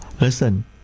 Listen